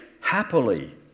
happily